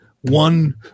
one